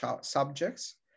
subjects